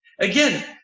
Again